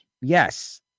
Yes